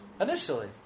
Initially